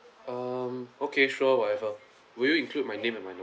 um okay sure whatever would you include my name and my